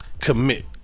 Commit